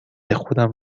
خودم